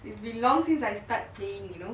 it's been long since I start playing you know